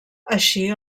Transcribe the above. així